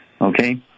okay